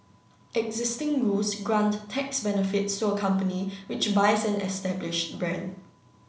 existing rules grant tax benefits to a company which buys an established brand